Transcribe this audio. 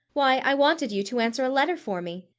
why, i wanted you to answer a letter for me.